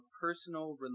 personal